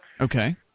Okay